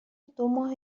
دوماه